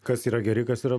kas yra geri kas yra